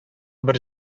бер